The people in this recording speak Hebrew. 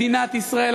מדינת ישראל,